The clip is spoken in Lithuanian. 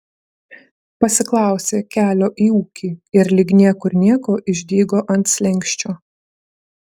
pasiklausė kelio į ūkį ir lyg niekur nieko išdygo ant slenksčio